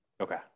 Okay